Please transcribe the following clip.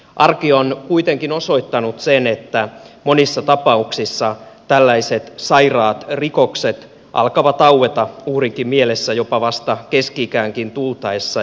arki on kuitenkin osoittanut sen että monissa tapauksissa tällaiset sairaat rikokset alkavat aueta uhrinkin mielessä jopa vasta keski ikäänkin tultaessa